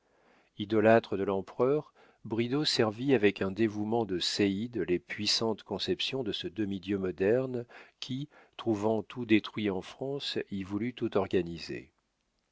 idolâtre de l'empereur bridau servit avec un dévouement de séide les puissantes conceptions de ce demi-dieu moderne qui trouvant tout détruit en france y voulut tout organiser